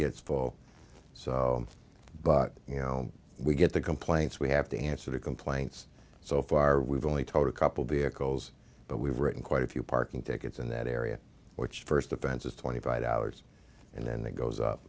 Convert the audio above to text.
gets full so but you know we get the complaints we have to answer to complaints so far we've only told couple be eccles but we've written quite a few parking tickets in that area which first offense is twenty five dollars and then it goes up